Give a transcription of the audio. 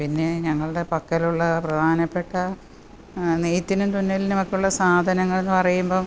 പിന്നെ ഞങ്ങളുടെ പക്കലുള്ള പ്രധാനപ്പെട്ട നെയ്ത്തിനും തുന്നലിനും ഒക്കെ ഉള്ള സാധനങ്ങളെന്ന് പറയുമ്പം